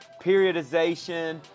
periodization